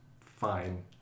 fine